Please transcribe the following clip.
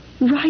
Right